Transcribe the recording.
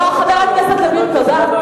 חבר הכנסת גנאים, גם אתה לא.